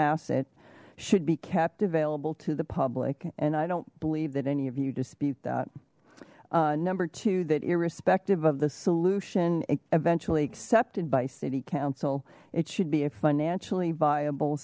asset should be kept available to the public and i don't believe that any of you dispute that number two that irrespective of the solution eventually accepted by city council it should be a financially viable